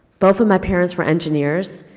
both of my parents were engineers.